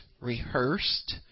rehearsed